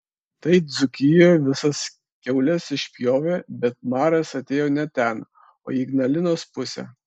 tai dzūkijoje visas kiaules išpjovė bet maras atėjo ne ten o į ignalinos pusę